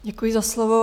Děkuji za slovo.